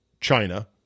China